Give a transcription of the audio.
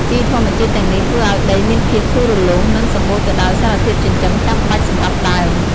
ជីធម្មជាតិទាំងនេះធ្វើឲ្យដីមានភាពធូរលុង និងសម្បូរទៅដោយសារធាតុចិញ្ចឹមចាំបាច់សម្រាប់ដើម។